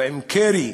או עם קרי,